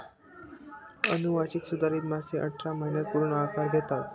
अनुवांशिक सुधारित मासे अठरा महिन्यांत पूर्ण आकार घेतात